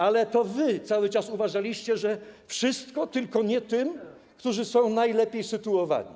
Ale to wy cały czas uważaliście: wszystko, tylko nie tym, którzy są najlepiej sytuowani.